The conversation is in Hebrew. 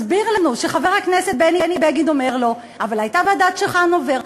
מסביר לנו שחבר הכנסת בני בגין אומר לו: אבל הייתה ועדת צ'חנובר.